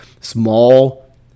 small